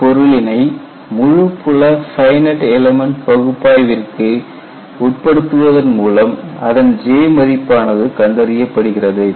ஒரு பொருளினை முழு புல ஃபைனட் எலமன்ட் பகுப்பாய்விற்கு உட்படுத்துவதன் மூலம் அதன் J மதிப்பானது கண்டறியப்படுகிறது